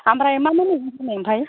ओमफ्राय मा मा मैगं दङ ओमफ्राय